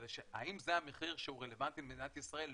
אבל האם זה המחיר שהוא רלוונטי למדינת ישראל?